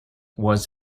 was